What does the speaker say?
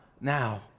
now